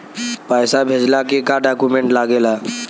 पैसा भेजला के का डॉक्यूमेंट लागेला?